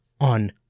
on